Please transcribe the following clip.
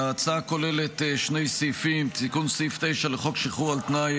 ההצעה כוללת שני סעיפים: תיקון סעיף 9 לחוק שחרור על תנאי,